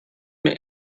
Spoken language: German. mir